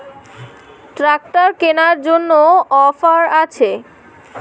Tractor কেনার জন্য offer আছে?